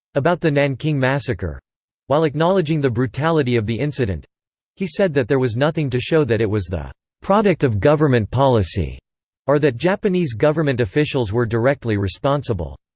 about the nanking massacre while acknowledging the brutality of the incident he said that there was nothing to show that it was the product of government policy or that japanese government officials were directly responsible.